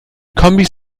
kombis